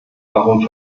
warum